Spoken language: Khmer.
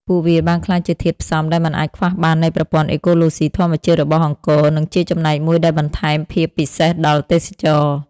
ពួកវាបានក្លាយជាធាតុផ្សំដែលមិនអាចខ្វះបាននៃប្រព័ន្ធអេកូឡូស៊ីធម្មជាតិរបស់អង្គរ និងជាចំណែកមួយដែលបន្ថែមភាពពិសេសដល់ទេសចរណ៍។